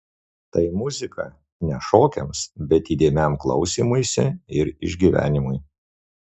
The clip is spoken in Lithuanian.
tai muzika ne šokiams bet įdėmiam klausymuisi ir išgyvenimui